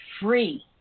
Free